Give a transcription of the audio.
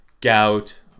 gout